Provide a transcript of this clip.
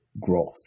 growth